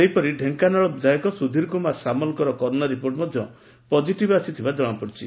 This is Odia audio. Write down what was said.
ସେହିପରି ଢ଼େଙ୍କାନାଳ ବିଧାୟକ ସୁଧୀର କୁମାର ସାମଲଙ୍କର କରୋନା ରିପୋର୍ଟ ପଜିଟିଭ୍ ଆସିଥିବା ଜଣାପଡ଼ିଛି